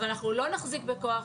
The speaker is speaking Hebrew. אבל אנחנו לא נחזיק בכוח